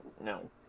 No